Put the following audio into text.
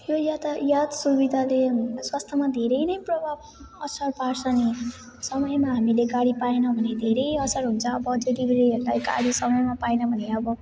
यो यातायात सुविधाले स्वास्थ्यमा धेरै नै प्रभाव असर पार्छ नि समयमा हामीले गाडी पाएनौँ भने धेरै असर हुन्छ अब जतिबेरै यसलाई गाडी समयमा पाएनौँ भने अब